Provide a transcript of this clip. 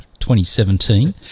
2017